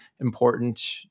important